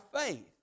faith